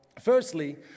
Firstly